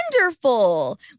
Wonderful